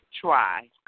try